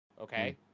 okay